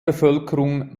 bevölkerung